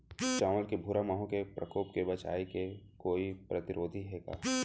चांवल के भूरा माहो के प्रकोप से बचाये के कोई प्रतिरोधी हे का?